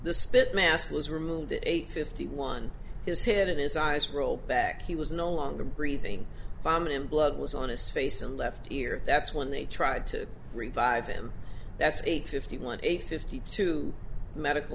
the spit mask was removed at age fifty one his head and his eyes rolled back he was no longer breathing vomiting blood was on his face and left ear that's when they tried to revive him that's eight fifty one eight fifty two the medical